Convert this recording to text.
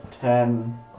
Ten